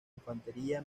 infantería